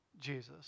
Jesus